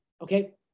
Okay